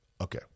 Okay